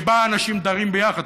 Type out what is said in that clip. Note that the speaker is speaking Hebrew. שבה אנשים דרים ביחד.